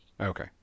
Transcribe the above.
Okay